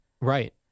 Right